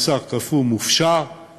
בשר קפוא מופשר,